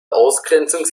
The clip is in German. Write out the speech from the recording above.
ausgrenzung